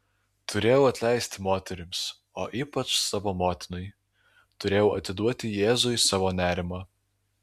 turėjau atleisti moterims o ypač savo motinai turėjau atiduoti jėzui savo nerimą